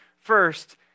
First